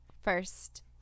first